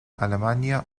alemania